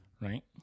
Right